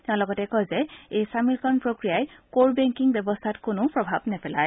তেওঁ লগতে কয় যে এই চামিলকৰণ প্ৰক্ৰিয়াই কৰ বেংকিং ব্যৱস্থাত কোনো প্ৰভাৱ নেপেলায়